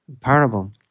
parable